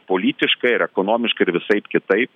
politiškai ir ekonomiškai ir visaip kitaip